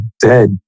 dead